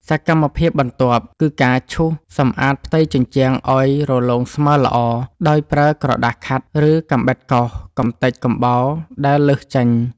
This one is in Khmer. សកម្មភាពបន្ទាប់គឺការឈូសសម្អាតផ្ទៃជញ្ជាំងឱ្យរលោងស្មើល្អ ដោយប្រើក្រដាសខាត់ ឬកាំបិតកោសកម្ទេចកំបោរដែលលើសចេញ។